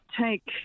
take